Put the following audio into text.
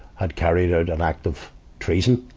had carried out an act of treason.